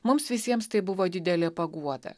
mums visiems tai buvo didelė paguoda